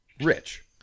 rich